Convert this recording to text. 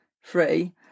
free